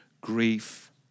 grief